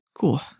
Cool